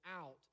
out